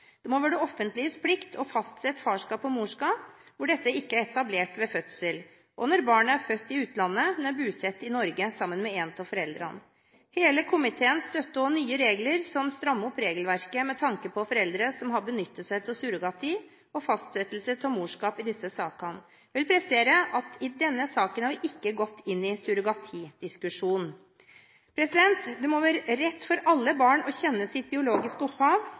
Det må være det offentliges plikt å fastsette farskap og morskap når dette ikke er etablert ved fødsel, og når barnet er født i utlandet, men bosatt i Norge sammen med en av foreldrene. Hele komiteen støtter nye regler som strammer opp regelverket med tanke på foreldre som har benyttet seg av surrogati, og fastsettelse av morskap i disse sakene. Jeg vil presisere at vi i denne saken ikke har gått inn i selve surrogatidiskusjonen. Det bør være en rett for alle barn å kjenne sitt biologiske opphav,